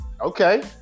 Okay